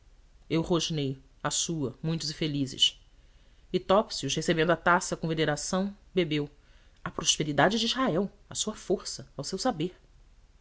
eu rosnei à sua muitos e felizes e topsius recebendo a taça com veneração bebeu à prosperidade de israel à sua força ao seu saber